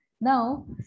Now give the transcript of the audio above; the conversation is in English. Now